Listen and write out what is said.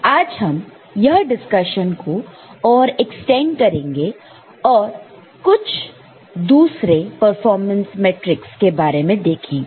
आज हम यह डिस्कशन को और इक्स्टेन्ड करेंगे और कुछ और कुछ दूसरे परफॉर्मेंस मैट्रिक के बारे में देखेंगे